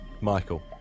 Michael